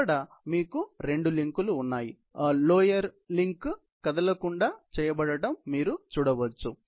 ఇక్కడ మీకు రెండు లింకులు ఉన్నాయి దిగువ లింక్ కదలకుండా చేయబడటం మీరు చూడవచ్చు